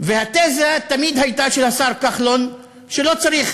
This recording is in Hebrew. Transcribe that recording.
התזה של השר כחלון תמיד הייתה שלא צריך,